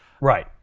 Right